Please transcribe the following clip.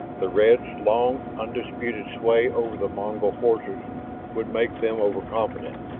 the reds' long undisputed sway over the mongol forces would make them overconfident.